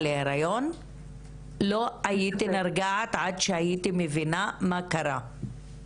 להריון - לא הייתי נרגעת עד שהייתי מבינה מה קרה.